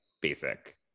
basic